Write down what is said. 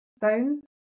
down